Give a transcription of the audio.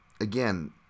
again